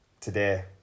today